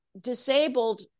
disabled